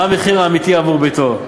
מה המחיר האמיתי עבור ביתו.